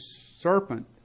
serpent